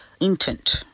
intent